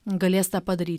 galės tą padaryt